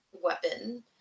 weapon